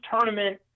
tournament